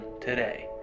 today